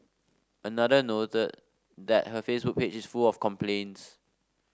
another noted that her Facebook page is full of complaints